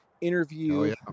interview